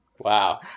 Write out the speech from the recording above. Wow